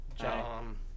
John